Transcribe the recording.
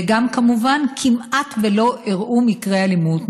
וגם כמובן כמעט לא אירעו אירועי אלימות,